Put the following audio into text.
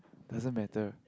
doesn't matter